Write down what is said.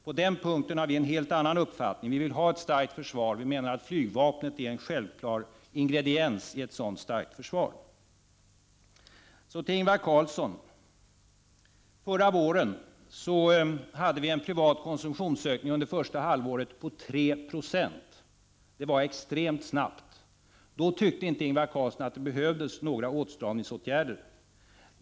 På den punkten har vi en helt annan uppfattning. Vi vill ha ett starkt försvar, och vi menar att flygvapnet är en självklar ingrediens i ett sådant starkt försvar. Så till Ingvar Carlsson. Förra våren — under första halvåret — hade vi en privat konsumtionsökning på 3 26. Det var en extremt snabb ökning. Då tyckte inte Ingvar Carlsson att det behövdes några åtstramningsåtgärder.